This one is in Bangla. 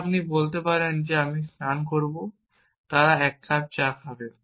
তাই আপনি বলতে পারেন আমি স্নান করব এবং তারা এক কাপ চা খাবে